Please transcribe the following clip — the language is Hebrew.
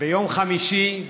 ביום חמישי,